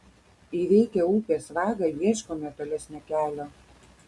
įveikę upės vagą ieškome tolesnio kelio